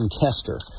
Tester